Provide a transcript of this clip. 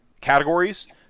categories